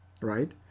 right